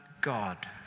God